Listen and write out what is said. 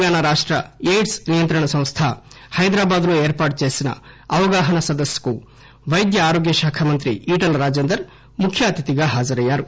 తెలంగాణ రాష్ట ఎయిడ్స్ నియంత్రణ సంస్థ హైదరాబాద్ లో ఏర్పాటుచేసిన అవగాహనా సదస్సుకు వైద్య ఆరోగ్య శాఖ మంత్రి ఈటల రాజేందర్ ముఖ్యఅతిథిగా హాజరయ్యారు